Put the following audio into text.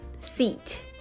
seat